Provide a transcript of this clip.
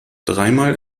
dreimal